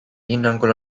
hinnangul